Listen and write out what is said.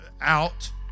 out